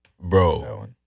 bro